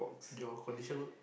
your condition good